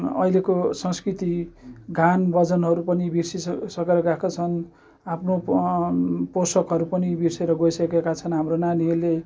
अहिलेको संस्कृति गान भजनहरू पनि बिर्सि सकेर गएको छन् आफ्नो पोसाकहरू पनि बिर्सिएर गइसकेका छन् हाम्रो नानीहरूले